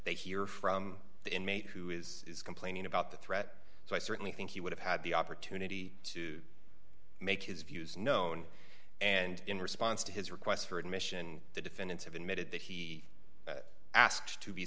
they hear from the inmate who is complaining about the threat so i certainly think he would have had the opportunity to make his views known and in response to his requests for admission the defendants have admitted that he asked to be